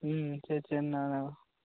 ம் சேரி சேரிணா